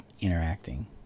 interacting